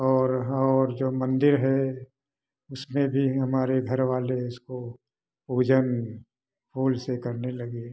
और और जो मंदिर है उसमें भी हमारे घरवाले इसको पूजन फूल से करने लगे